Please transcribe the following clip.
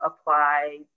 apply